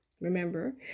Remember